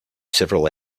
several